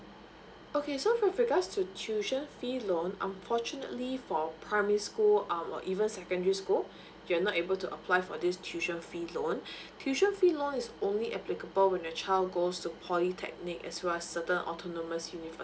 okay so with regards to tuition fee loan fortunately for primary school um or even secondary school you're not able to apply for this tuition fee loan tuition fee loan is only applicable when your child goes to polytechnic as well as certain autonomous